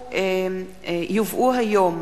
כי יובאו היום